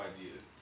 ideas